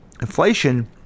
Inflation